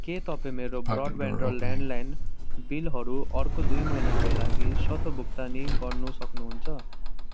के तपाईँ मेरो ब्रोड ब्यान्ड र ल्यान्ड लाइन बिलहरू अर्को दुई महिनाको लागि स्वतः भुक्तानी गर्न सक्नु हुन्छ